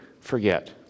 forget